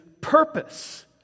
purpose